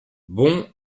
bons